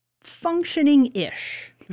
functioning-ish